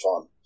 fun